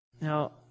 Now